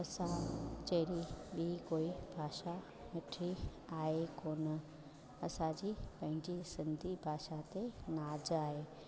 असां जहिड़ी ॿी कोई भाषा मिठी आहे कोन असांजी पंहिंजी सिंधी भाषा ते नाज़ु आहे